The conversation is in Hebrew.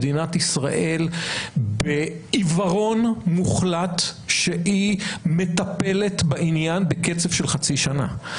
מדינת ישראל בעיוורון מוחלט שהיא מטפלת בעניין בקצב של חצי שנה.